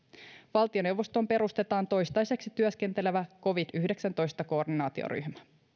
valtioneuvostoon perustetaan toistaiseksi työskentelevä covid yhdeksäntoista koordinaatioryhmä